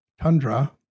tundra